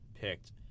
picked